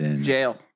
Jail